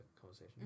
conversation